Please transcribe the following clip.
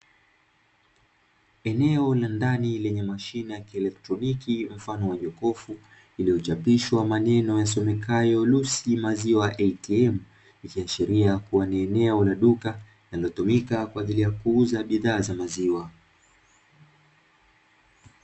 Eneo la ndani lenye mashine ya kieletroniki mfano wa jokofu iliyochapishwa kwa maneno yasomekayo "Lucy Maziwa ATM" ikiashiria kuwa ni eneo la duka kwaajili ya kuuza bidhaa za maziwa.